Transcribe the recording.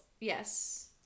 Yes